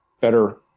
better